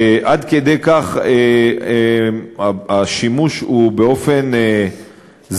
שעד כדי כך השימוש הוא באופן זהיר,